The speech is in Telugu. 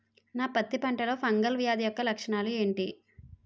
నా పత్తి పంటలో ఫంగల్ వ్యాధి యెక్క లక్షణాలు ఏంటి?